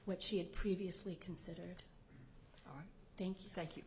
what she had previously considered thank you thank you